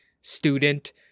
student